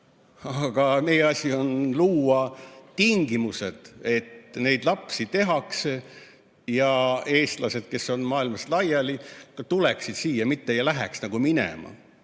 Aga meie asi on luua tingimused, et lapsi tehtaks ja eestlased, kes on maailmas laiali, tuleksid siia, mitte ei läheks minema.